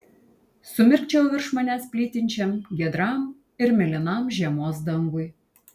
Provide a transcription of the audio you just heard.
sumirkčiojau virš manęs plytinčiam giedram ir mėlynam žiemos dangui